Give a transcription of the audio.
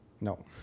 No